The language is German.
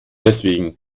deswegen